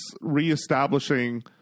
reestablishing